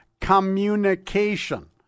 communication